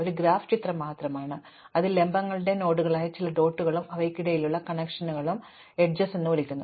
ഒരു ഗ്രാഫ് ഒരു ചിത്രം മാത്രമാണ് അതിൽ ലംബങ്ങളുടെ നോഡുകളായ ചില ഡോട്ടുകളും അവയ്ക്കിടയിലുള്ള ചില കണക്ഷനുകളും അരികുകൾ എന്ന് വിളിക്കുന്നു